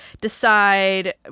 decide